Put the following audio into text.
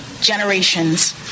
generations